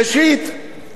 ראשית,